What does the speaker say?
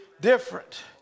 different